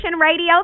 Radio